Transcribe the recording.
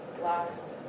lost